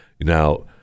now